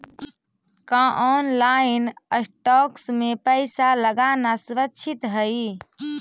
का online stocks में पैसा लगाना सुरक्षित हई